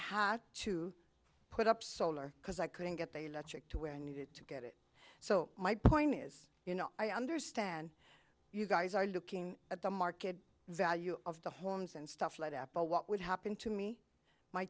had to put up solar because i couldn't get the electric to where i needed to get it so my point is you know i understand you guys are looking at the market value of the homes and stuff like that but what would happen to me my